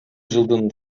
жылдын